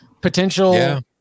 potential